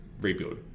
rebuild